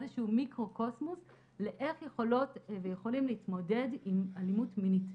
איזשהו מיקרוקוסמוס לאיך יכולות ויכולים להתמודד עם אלימות מינית.